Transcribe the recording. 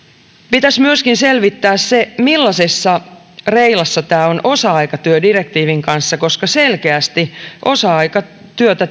pitäisi myöskin selvittää se millaisessa reilassa tämä on osa aikatyödirektiivin kanssa koska selkeästi osa aikatyötä